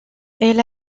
elle